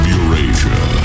Eurasia